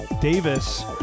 Davis